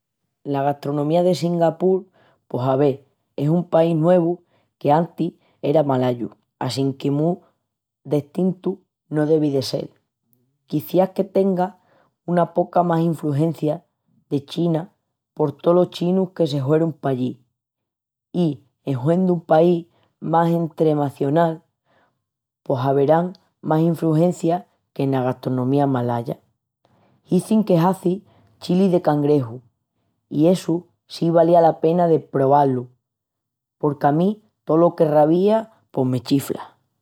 La gastronomía de Singapur pos ave, es un país nuevu qu'enantis era malayu assinque mu destintu no devi de sel. Quiciás que tenga una poca más infrugencia de China por tolos chinus que se huerun pallí i en huendu un país más entremacional pos averán más infrugencias qu'ena gastronomía malaya. Izin que hazin chili de cangreju, i essu si valía la pena de preválu porque a mi tolo que ravia pos me chifla!